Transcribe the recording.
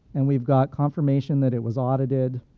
and we've got confirmation that it was audited.